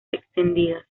extendidas